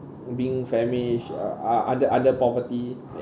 being famish or o~ other other poverty